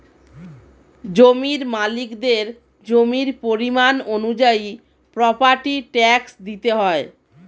জমির মালিকদের জমির পরিমাণ অনুযায়ী প্রপার্টি ট্যাক্স দিতে হয়